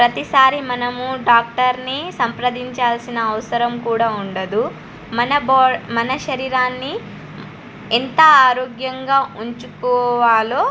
ప్రతిసారి మనము డాక్టర్ని సంప్రదించాల్సిన అవసరం కూడా ఉండదు మన మన శరీరాన్ని ఎంత ఆరోగ్యంగా ఉంచుకోవాలో